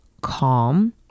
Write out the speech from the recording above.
calm